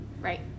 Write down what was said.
Right